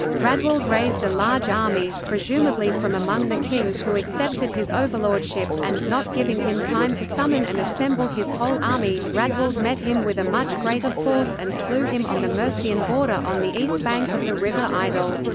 raedwald raised a large army, presumably from among the kings who accepted his overlordship, and not giving him time to summon and assemble his whole army, raedwald met him with a much greater force and slew him on the mercian border on the east bank of the river idle'.